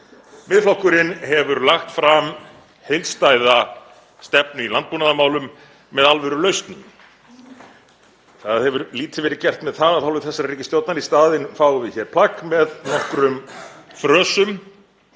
Miðflokkurinn hefur lagt fram heildstæða stefnu í landbúnaðarmálum með alvörulausnum. Það hefur lítið verið gert með það af hálfu þessarar ríkisstjórnar. Í staðinn fáum við hér plagg með nokkrum frösum